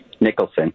Nicholson